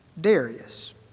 Darius